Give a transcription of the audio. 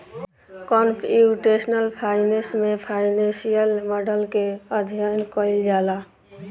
computational finance में financial model के अध्ययन कईल जाला